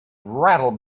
rattled